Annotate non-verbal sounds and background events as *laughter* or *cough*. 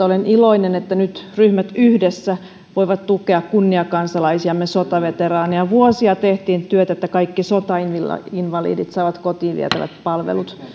*unintelligible* olen iloinen että nyt ryhmät yhdessä voivat tukea kunniakansalaisiamme sotaveteraaneja vuosia tehtiin työtä että kaikki sotainvalidit saivat kotiin vietävät palvelut